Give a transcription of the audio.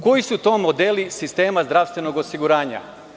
Koji su to modeli sistema zdravstvenog osiguranja?